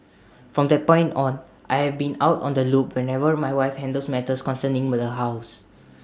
from that point on I have been out on the loop whenever my wife handles matters concerning the house